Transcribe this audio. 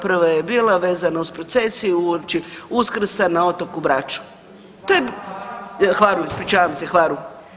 Prva je bila vezana uz procesiju uopći Uskrsa na otoku Braču. ... [[Upadica se ne čuje.]] To je, Hvaru, ispričavam se, Hvaru.